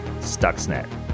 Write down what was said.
Stuxnet